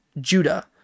Judah